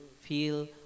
feel